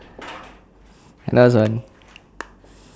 hello hazwan